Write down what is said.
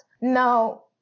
now